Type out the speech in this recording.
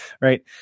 right